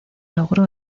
logró